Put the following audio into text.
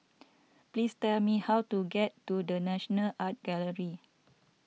please tell me how to get to the National Art Gallery